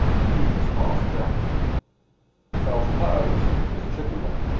the task that fell to her was ah was a tricky one.